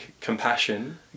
compassion